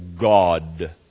God